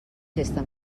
festa